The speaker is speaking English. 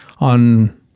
on